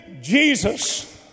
Jesus